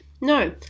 No